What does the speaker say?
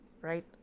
right